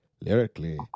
lyrically